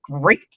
great